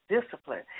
discipline